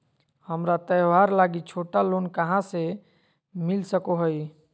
हमरा त्योहार लागि छोटा लोन कहाँ से मिल सको हइ?